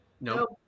No